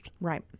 Right